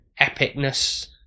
epicness